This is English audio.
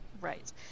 right